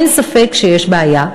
אין ספק שיש בעיה.